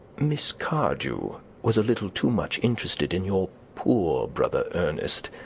miss cardew was a little too much interested in your poor brother ernest?